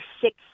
six